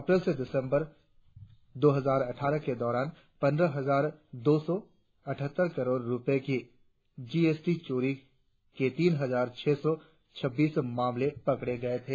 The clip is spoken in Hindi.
अप्रैल से दिसंबर दो हजार अट्ठारह के दौरान पंद्रह हजार दो सौ अठहत्तर करोड़ रुपये की जीएसटी चोरी के तीन हजार छह सौ छब्बीस मामले पकड़े गए थे